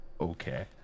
okay